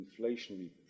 inflationary